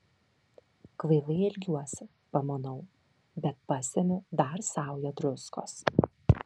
kvailai elgiuosi pamanau bet pasemiu dar saują druskos